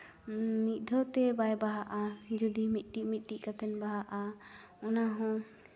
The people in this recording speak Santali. ᱢᱤᱫ ᱫᱷᱟᱹᱣ ᱛᱮ ᱵᱟᱭ ᱵᱟᱦᱟᱜᱼᱟ ᱡᱩᱫᱤ ᱢᱤᱫᱴᱤᱡᱼᱢᱤᱫᱴᱤᱡ ᱠᱟᱛᱮᱫ ᱵᱟᱦᱟᱜᱼᱟ ᱚᱱᱟ ᱦᱚᱸ